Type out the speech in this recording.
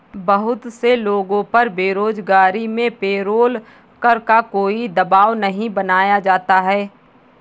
बहुत से लोगों पर बेरोजगारी में पेरोल कर का कोई दवाब नहीं बनाया जाता है